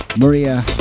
Maria